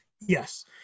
Yes